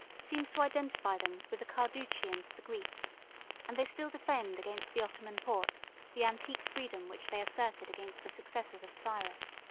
seems to identify them with the carduchians of the greeks and they still defend against the ottoman porte the antique freedom which they asserted against the successors of cyrus.